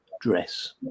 dress